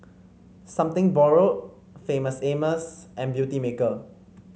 Something Borrowed Famous Amos and Beautymaker